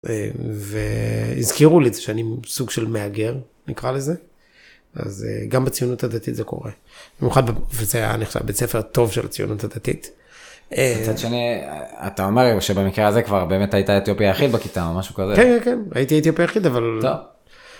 והזכירו לי שאני סוג של מהגר נקרא לזה אז גם בציונות הדתית זה קורה במיוחד, וזה היה נחשב בית ספר טוב של הציונות הדתית. מצד שני, אתה אומר שבמקרה זה כבר באמת היית האתיופי היחיד בכיתה או משהו כזה. כן כן כן הייתי האתיופי היחיד. טוב